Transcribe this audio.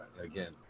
again